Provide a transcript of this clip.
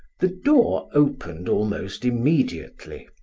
the door opened almost immediately,